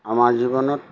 আমাৰ জীৱনত